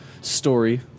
story